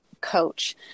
coach